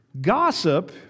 Gossip